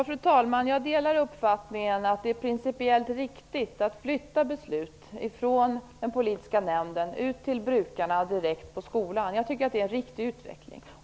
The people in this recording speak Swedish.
Fru talman! Jag delar uppfattningen att det är principiellt riktigt att flytta beslut från den politiska nämnden ut till brukarna direkt på skolan. Jag tycker att det är en riktig utveckling.